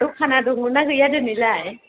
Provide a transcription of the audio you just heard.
द'खाना दङ ना गैया दोनैलाय